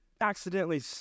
accidentally